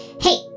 Hey